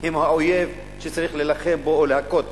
הם האויב שצריך להילחם בו או להכות בו.